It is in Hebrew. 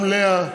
גם לאה,